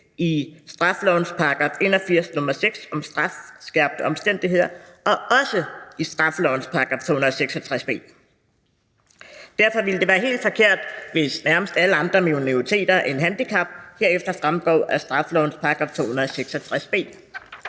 i straffelovens § 81, nr. 6, om strafskærpende omstændigheder, og også i straffelovens § 266 b. Derfor ville det være helt forkert, hvis nærmest alle andre minoriteter end handicappede herefter fremgik af straffelovens § 266 b.